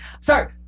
Sorry